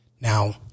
Now